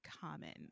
common